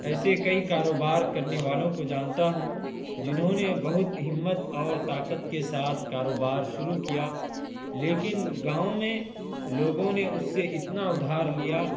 ایسے کئی کاروبار کرنے والوں کو جانتا ہوں جنہوں نے بہت ہمت اور طاقت کے ساتھ کاروبار شروع کیا لیکن گاؤں میں لوگوں نے اس سے اتنا ادھار لیا